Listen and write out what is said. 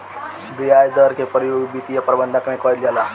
ब्याज दर के प्रयोग वित्तीय प्रबंधन में कईल जाला